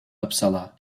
uppsala